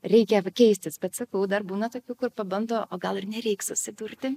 reikia keistis bet sakau dar būna tokių kur pabando o gal ir nereiks susidurti